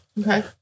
Okay